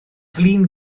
flin